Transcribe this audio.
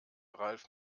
ralf